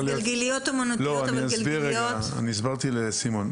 אסביר וגם הסברתי לסימון: